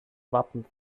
wappens